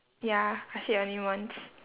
ya I said your name once